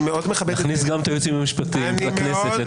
אני מאוד מכבד -- תכניס גם את היועצים המשפטיים לכנסת לתוך זה.